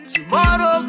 Tomorrow